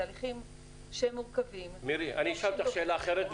זה הליכים מורכבים --- אני אשאל אותך שאלה אחרת,